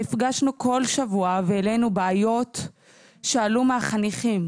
נפגשנו כל שבוע והעלינו בעיות שעלו מהחניכים,